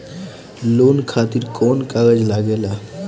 Loan खातिर कौन कागज लागेला?